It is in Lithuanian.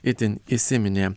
itin įsiminė